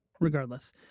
regardless